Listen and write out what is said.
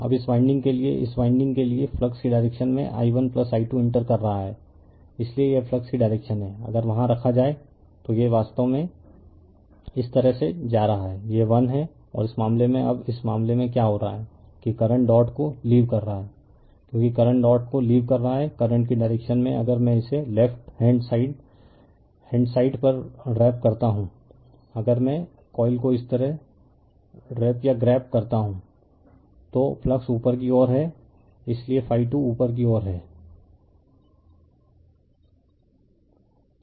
अब इस वाइंडिंग के लिए इस वाइंडिंग के लिए फ्लक्स की डायरेक्शन में i1i2 इंटर कर रहा है इसलिए यह फ्लक्स की डायरेक्शन है कि अगर वहां रखा जाए तो यह वास्तव में इस तरह से जा रहा है यह 1 है और इस मामले में अब इस मामले में क्या हो रहा है कि करंट डॉट को लीव कर रहा है क्योंकि करंट डॉट को लीव कर रहा है करंट की डायरेक्शन में अगर मैं इसे left hand side hand side पर व्रैप करता हूं अगर मैं कॉइल को इस तरह व्रैप या ग्रैब करता हूं तो फ्लक्स ऊपर की ओर है इसलिए ∅2 ऊपर की ओर है